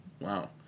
wow